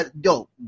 dope